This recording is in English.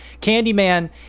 Candyman